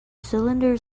cylinder